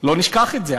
שלא נשכח את זה,